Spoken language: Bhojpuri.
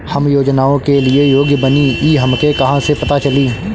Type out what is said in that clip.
हम योजनाओ के लिए योग्य बानी ई हमके कहाँसे पता चली?